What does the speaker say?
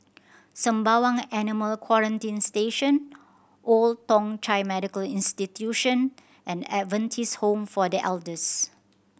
Sembawang Animal Quarantine Station Old Thong Chai Medical Institution and Adventist Home for The Elders